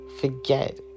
Forget